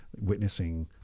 witnessing